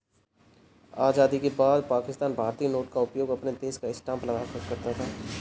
आजादी के बाद पाकिस्तान भारतीय नोट का उपयोग अपने देश का स्टांप लगाकर करता था